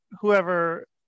whoever